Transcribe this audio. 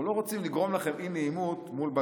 אנחנו לא רוצים לגרום לכם אי-נעימות מול בג"ץ,